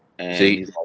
See